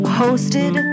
hosted